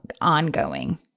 ongoing